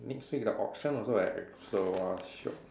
next week the auction also at expo !wah! shiok